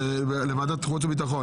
לוועדת חוץ וביטחון